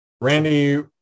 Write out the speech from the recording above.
Randy